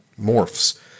morphs